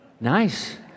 Nice